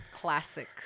Classic